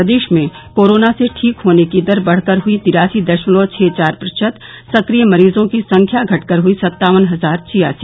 प्रदेश में कोरोना से ठीक होने की दर बढ़कर हुई तिरासी दशमलव छः चार प्रतिशत सक्रिय मरीजों की संख्या घटकर हुई सत्तावन हजार छियासी